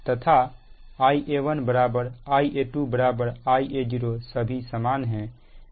तथा Ia1 Ia2 Ia0 सभी समान है